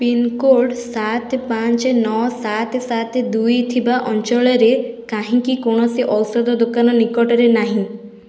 pincode ସାତ ପାଞ୍ଚ ନଅ ସାତ ସାତ ଦୁଇ ଥିବା ଅଞ୍ଚଳରେ କାହିଁକି କୌଣସି ଔଷଧ ଦୋକାନ ନିକଟରେ ନାହିଁ